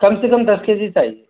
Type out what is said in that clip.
कम से कम दस के जी चाहिए